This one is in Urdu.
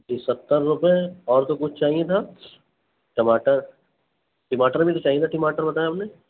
جی ستر روپئے اور تو کچھ چاہیے تھا ٹماٹر ٹماٹر بھی تو چاہیے تھا ٹماٹر بتایا آپ نے